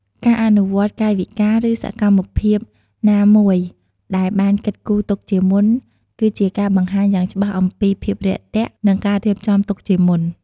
ការអនុវត្តនូវកាយវិការ ឬសកម្មភាពណាមួយដែលបានគិតគូរទុកជាមុន គឺជាការបង្ហាញយ៉ាងច្បាស់អំពី ភាពរាក់ទាក់ និងការរៀបចំទុកជាមុន។